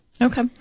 okay